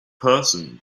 person